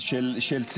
-- של אתיופים.